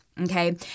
okay